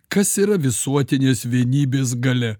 kas yra visuotinės vienybės galia